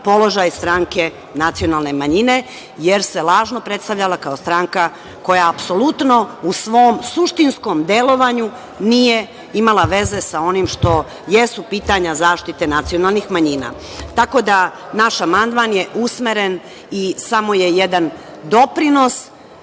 položaj stranke nacionalne manjine, jer se lažno predstavljala kao stranka koja apsolutno u svom suštinskom delovanju nije imala veze sa onim što jesu pitanja zaštite nacionalnih manjina, tako da je naš amandman usmeren i samo je jedan doprinos